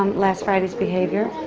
um last friday's behavior.